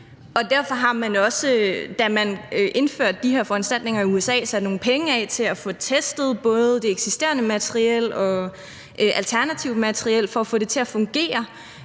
Og derfor har man også, da man indførte de her foranstaltninger i USA, sat nogle penge af til at få testet både det eksisterende materiel og alternativt materiel for at få det til at fungere